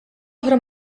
oħra